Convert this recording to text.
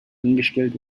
angestellt